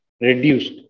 reduced